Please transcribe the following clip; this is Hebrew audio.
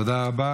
תודה רבה.